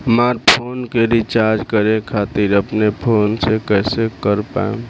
हमार फोन के रीचार्ज करे खातिर अपने फोन से कैसे कर पाएम?